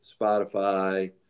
Spotify